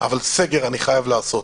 אבל סגר אני חייב לעשות.